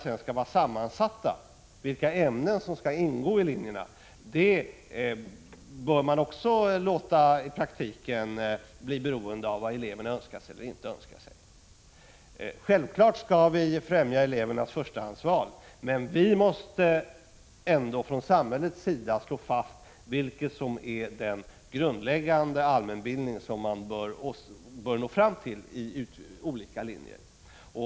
Detta är också någonting som man i praktiken bör låta bli beroende av vad eleverna önskar. Självfallet skall vi främja elevernas förstahandsval, men från samhällets sida måste vi ändå slå fast vilken grundläggande allmänbildning som man bör nå fram till på olika linjer.